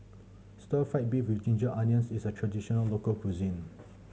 Stir Fry beef with ginger onions is a traditional local cuisine